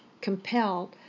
compelled